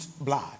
Blood